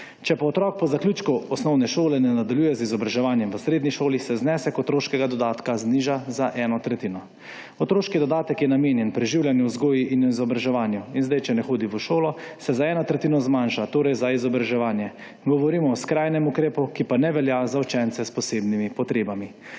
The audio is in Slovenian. Če pa otrok po zaključku osnovne šole ne nadaljuje z izobraževanjem v srednji šoli, se znesek otroškega dodatka zniža za eno tretjino. Otroški dodatek je namenjen preživljanju, vzgoji in izobraževanju in zdaj, če ne hodi v šolo, se za eno tretjino zmanjša, torej, za izobraževanje. Govorimo o skrajnem ukrepu, ki pa ne velja za učence s posebnimi potrebami.